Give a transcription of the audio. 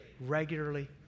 regularly